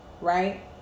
right